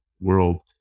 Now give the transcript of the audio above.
world